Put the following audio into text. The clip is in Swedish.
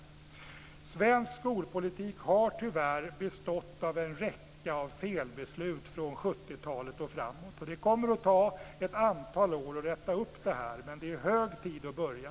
Svensk skolpolitik har tyvärr bestått av en räcka felbeslut från 70-talet och framåt. Det kommer att ta ett antal år att rätta upp det, men det är hög tid att börja.